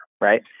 right